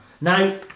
Now